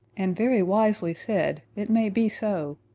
and very wisely said it may be so.